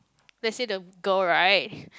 let's say the girl right